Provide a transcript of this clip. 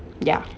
yeah